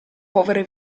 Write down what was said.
povere